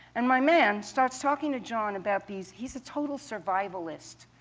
and my man starts talking to john about these he's a total survivalist.